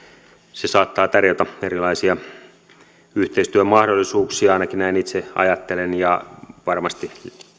se saattaa tarjota erilaisia yhteistyömahdollisuuksia ainakin näin itse ajattelen ja varmasti